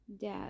Dad